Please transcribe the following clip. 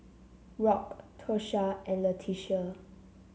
Rock Tosha and Leticia